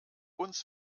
uns